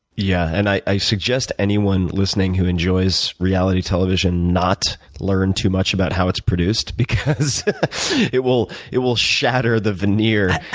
yeah. and i suggest anyone listening who enjoys reality television not learn too much about how it's produced because it will it will shatter the veneer.